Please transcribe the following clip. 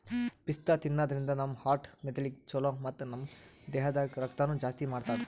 ಪಿಸ್ತಾ ತಿನ್ನಾದ್ರಿನ್ದ ನಮ್ ಹಾರ್ಟ್ ಮೆದಳಿಗ್ ಛಲೋ ಮತ್ತ್ ನಮ್ ದೇಹದಾಗ್ ರಕ್ತನೂ ಜಾಸ್ತಿ ಮಾಡ್ತದ್